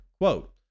Quote